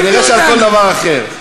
כנראה על כל דבר אחר.